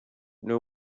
know